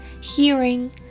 hearing